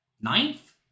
ninth